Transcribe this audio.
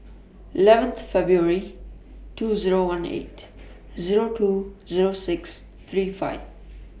eleven Feb two Zero one eight Zero Tow Zero six three five